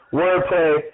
wordplay